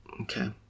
Okay